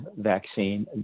vaccine